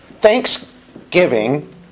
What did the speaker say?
Thanksgiving